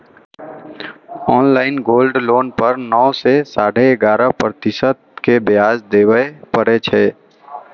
online gold loan पर नौ सं साढ़े ग्यारह प्रतिशत के ब्याज देबय पड़ै छै